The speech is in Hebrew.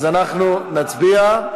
אז אנחנו נצביע,